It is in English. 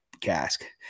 cask